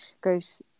goes